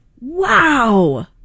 Wow